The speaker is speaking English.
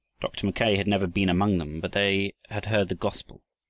dr. mackay had never been among them, but they had heard the gospel.